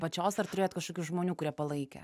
pačios ar turėjot kažkokių žmonių kurie palaikė